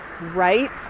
right